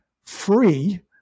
free